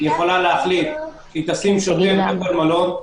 היא יכולה להחליט שהיא תשים שוטרים בכל מלון,